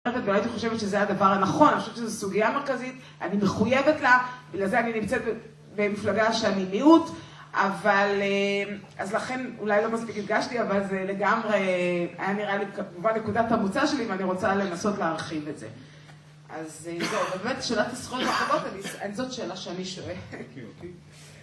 ולא הייתי חושבת שזה הדבר הנכון, אני חושבת שזו סוגיה מרכזית, אני מחויבת לה, בגלל זה אני נמצאת במפלגה שאני מיעוט, אבל... אז לכן אולי לא מספיק הדגשתי, אבל זה לגמרי היה נראה לי כמובן נקודת המוצא שלי, ואני רוצה לנסות להרחיב את זה. אז זהו, באמת שאלת הזכויות והחובות, אז זאת שאלה שאני שואלת